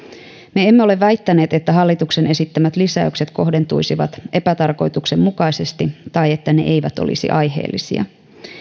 me emme ole väittäneet että hallituksen esittämät lisäykset kohdentuisivat epätarkoituksenmukaisesti tai että ne eivät olisi aiheellisia